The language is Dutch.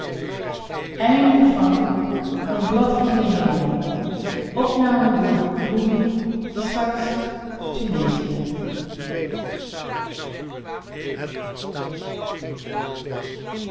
in den hemel